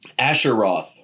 Asheroth